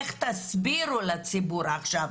איך תסבירו לציבור עכשיו,